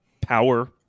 power